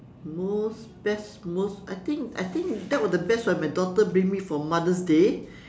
most best most I think I think that was the best my daughter bring me for mother's day